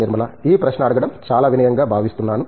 నిర్మలా ఈ ప్రశ్న అడగడం చాలా వినయం గా భావిస్తున్నాను